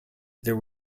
there